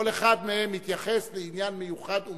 כל אחד מהם מתייחס לעניין מיוחד ומסוים.